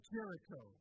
Jericho